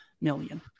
million